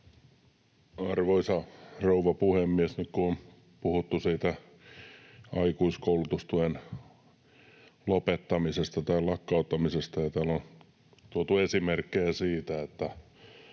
Arvoisa rouva puhemies! Nyt kun on puhuttu aikuiskoulutustuen lopettamisesta tai lakkauttamisesta ja täällä on tuotu esimerkkejä siitä,